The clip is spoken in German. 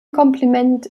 kompliment